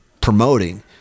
promoting